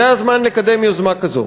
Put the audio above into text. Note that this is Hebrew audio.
זה הזמן לקדם יוזמה כזו.